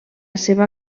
seva